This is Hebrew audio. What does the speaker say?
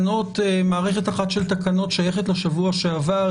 מערכת אחת של תקנות שייכת לשבוע שעבר.